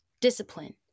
Discipline